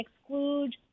exclude